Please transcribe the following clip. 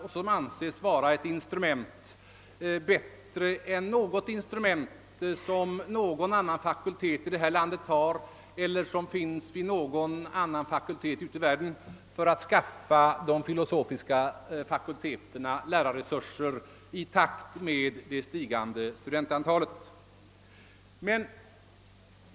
Automatiken betraktas nu som ett bättre instrument än vad någon annan fakultet i detta land har eller som finns vid någon fakultet utomlands för att skaffa de filosofiska fakulteterna lärarresurser i takt med det stigan de studentantalet.